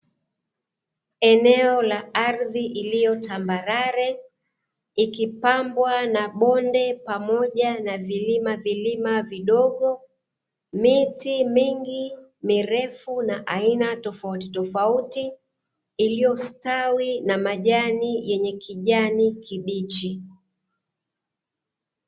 Eneo la ardhi iliyo tambarare, ikipambwa na bonde pamoja na vilimavilima vidogo, miti mingi mirefu na aina tofautitofauti, iliyostawi na majani yenye kijani kibichi.